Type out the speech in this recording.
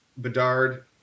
bedard